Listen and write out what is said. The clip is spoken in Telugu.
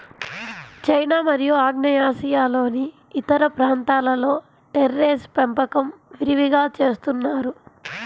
చైనా మరియు ఆగ్నేయాసియాలోని ఇతర ప్రాంతాలలో టెర్రేస్ పెంపకం విరివిగా చేస్తున్నారు